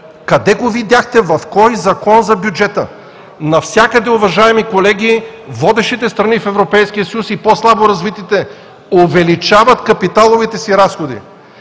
Къде го видяхте, в кой Закон за бюджета? Навсякъде, уважаеми колеги, водещите страни в Европейския съюз, а и по-слабо развитите увеличават капиталовите си разходи.